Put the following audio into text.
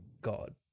God